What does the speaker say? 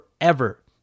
forever